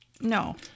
No